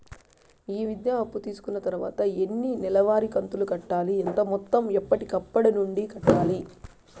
ఈ విద్యా అప్పు తీసుకున్న తర్వాత ఎన్ని నెలవారి కంతులు కట్టాలి? ఎంత మొత్తం ఎప్పటికప్పుడు నుండి కట్టాలి?